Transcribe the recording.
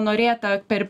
norėta per